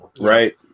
Right